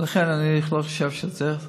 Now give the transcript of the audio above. ולכן אני לא חושב שצריך.